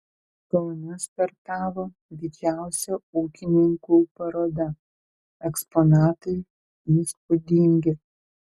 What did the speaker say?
kaune startavo didžiausia ūkininkų paroda eksponatai įspūdingi